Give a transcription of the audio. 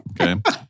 Okay